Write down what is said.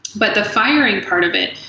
but the firing part of it,